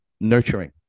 nurturing